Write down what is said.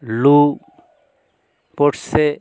লু পড়ছে